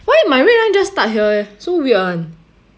why my red line just start here eh so weird one